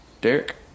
Derek